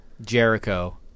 Jericho